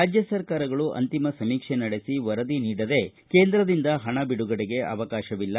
ರಾಜ್ಯ ಸರ್ಕಾರಗಳು ಅಂತಿಮ ಸಮೀಕ್ಷೆ ನಡೆಸಿ ವರದಿ ನೀಡದೇ ಕೇಂದ್ರದಿಂದ ಹಣ ಬಿಡುಗಡೆಗೆ ಅವಕಾತವಿಲ್ಲ